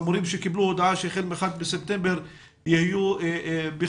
המורים שקיבלו הודעה שהחל מן ה-1 בספטמבר יהיו בחל"ת,